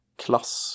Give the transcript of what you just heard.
klass